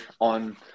on